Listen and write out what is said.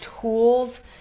tools